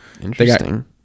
Interesting